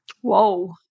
Whoa